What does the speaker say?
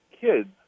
kids